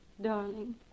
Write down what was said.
darling